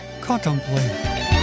Contemplate